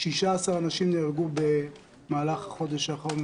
16 אנשים נהרגו במהלך החודש האחרון,